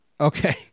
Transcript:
Okay